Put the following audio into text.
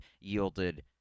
yielded